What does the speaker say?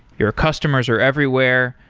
your customers are everywhere.